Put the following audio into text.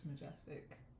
majestic